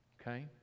Okay